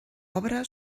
obra